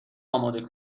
اماده